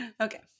Okay